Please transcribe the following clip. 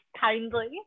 kindly